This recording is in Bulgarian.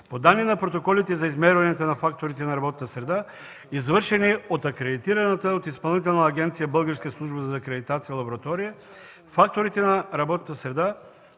По данни на протоколите за измерване на факторите на работната среда, извършени от акредитираната от Изпълнителна агенция „Българска служба за акредитация“ лаборатория факторите на работната среда